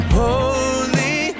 holy